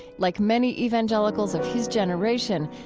like many evangelicals of his generation,